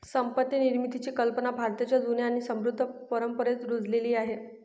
संपत्ती निर्मितीची कल्पना भारताच्या जुन्या आणि समृद्ध परंपरेत रुजलेली आहे